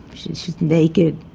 she she is naked,